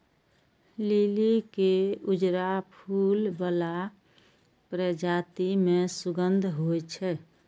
लिली के उजरा फूल बला प्रजाति मे सुगंध होइ छै